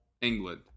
England